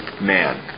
man